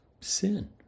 sin